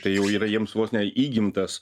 tai jau yra jiems vos ne įgimtas